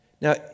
Now